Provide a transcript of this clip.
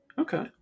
Okay